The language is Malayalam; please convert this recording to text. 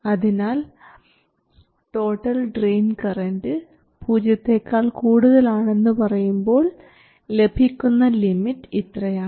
അതിനാൽ ടോട്ടൽ ഡ്രയിൻ കറൻറ് പൂജ്യത്തെക്കാൾ കൂടുതൽ ആണെന്ന് പറയുമ്പോൾ ലഭിക്കുന്ന ലിമിറ്റ് ഇത്രയാണ്